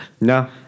No